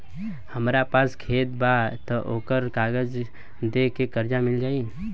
हमरा पास खेत बा त ओकर कागज दे के कर्जा मिल जाई?